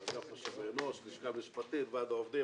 אגף משאבי אנוש, לשכת משפטית, ועד העובדים.